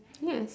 yes